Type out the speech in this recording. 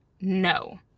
no